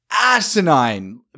asinine